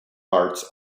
parts